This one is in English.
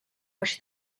which